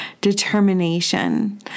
determination